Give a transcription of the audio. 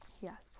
yes